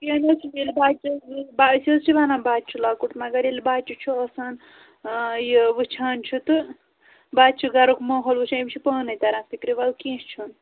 کیٚنٛہہ نہٕ حظ چھُ ییٚلہِ بَچہٕ حظ أسۍ حظ چھِ وَنان بَچہِ چھُ لَکُٹ مگر ییٚلہِ بَچہِ چھُ آسان یہِ وٕچھان چھُ تہٕ بَچہِ چھُ گَرُک ماحول وٕچھان یِم چھِ پانَے تَران فِکرِوَل کیٚنٛہہ چھُنہٕ